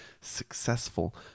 successful